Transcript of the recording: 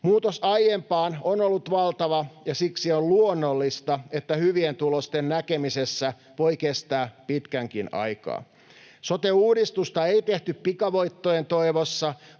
Muutos aiempaan on ollut valtava, ja siksi on luonnollista, että hyvien tulosten näkemisessä voi kestää pitkänkin aikaa. Sote-uudistusta ei tehty pikavoittojen toivossa